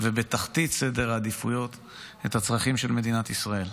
ובתחתית סדר העדיפויות את הצרכים של מדינת ישראל.